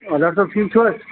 doctor صٲب ٹھیٖک چھِو حَظ